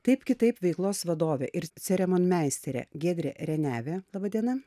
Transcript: taip kitaip veiklos vadovė ir ceremonimeisterė giedrė renevė laba diena